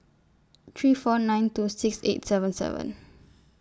three four nine two six eight seven seven